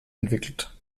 entwickelt